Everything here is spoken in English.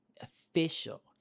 official